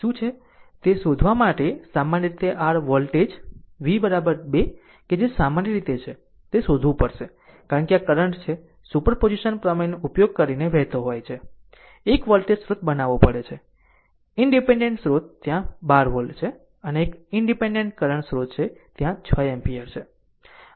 શું છે તે શોધવા માટે સામાન્ય રીતે r વોલ્ટેજ v v 2 કે જે સામાન્ય રીતે છે તે શોધવું પડશે કારણ કે આ કરંટ છે સુપરપોઝિશન પ્રમેયનો ઉપયોગ કરીને વહેતો હોય છે એક વોલ્ટેજ સ્રોત બનાવવો પડે છે ઈનડીપેન્ડેન્ટ વોલ્ટેજ સ્ત્રોત ત્યાં 12 વોલ્ટ છે અને એક ઈનડીપેન્ડેન્ટ કરંટ સ્રોત છે ત્યાં તે 6 એમ્પીયર છે